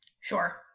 Sure